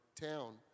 town